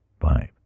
Five